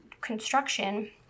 construction